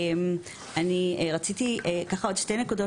רציתי לציין שתי נקודות,